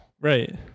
right